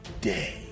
day